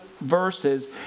verses